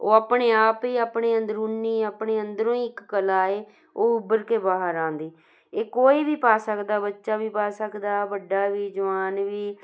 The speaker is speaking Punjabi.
ਉਹ ਆਪਣੇ ਆਪ ਹੀ ਆਪਣੇ ਅੰਦਰੂਨੀ ਆਪਣੇ ਅੰਦਰੋਂ ਹੀ ਇੱਕ ਕਲਾ ਹੈ ਉਹ ਉੱਭਰ ਕੇ ਬਾਹਰ ਆਉਂਦੀ ਇਹ ਕੋਈ ਵੀ ਪਾ ਸਕਦਾ ਬੱਚਾ ਵੀ ਪਾ ਸਕਦਾ ਵੱਡਾ ਵੀ ਜਵਾਨ ਵੀ